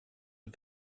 had